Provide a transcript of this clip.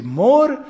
more